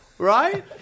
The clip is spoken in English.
Right